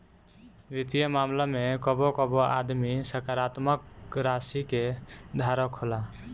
वित्तीय मामला में कबो कबो आदमी सकारात्मक राशि के धारक होला